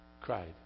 cried